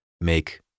make